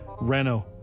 Renault